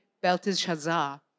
Belteshazzar